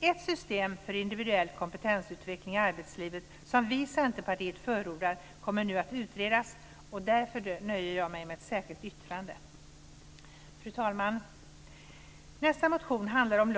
Ett system för individuell kompetensutveckling i arbetslivet som vi i Centerpartiet förordar kommer nu att utredas, och därför nöjer jag mig med ett särskilt yttrande. Fru talman! Nästa motion handlar om